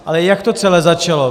Ale jak to celé začalo?